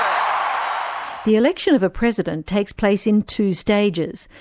um the election of a president takes place in two stages.